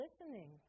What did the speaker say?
listening